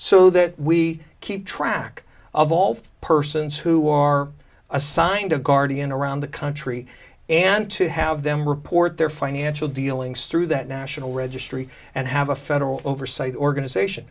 so that we keep track of all persons who are assigned a guardian around the country and to have them report their financial dealings through that national registry and have a federal oversight organization